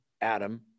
Adam